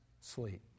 sleep